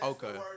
Okay